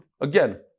Again